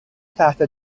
تحت